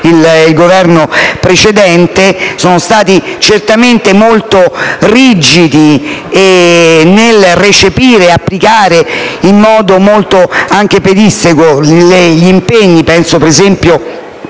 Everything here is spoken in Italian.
il Governo attuale - sono stati certamente molto rigidi nel recepire e applicare in modo anche pedissequo gli impegni (penso, per esempio,